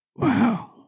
Wow